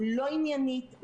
לא עניינית,